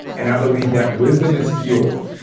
and i believe that wisdom is fuel.